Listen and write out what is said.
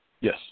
Yes